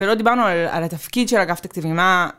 ולא דיברנו על התפקיד של אגף תקציבי, מה...